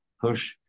push